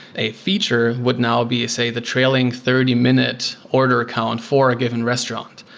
a feature would now be, say, the trailing thirty minute order account for a given restaurant,